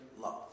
love